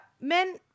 men